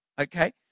Okay